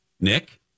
Nick